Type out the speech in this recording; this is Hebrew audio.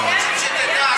אנחנו רוצים שתדע,